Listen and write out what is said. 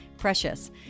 Precious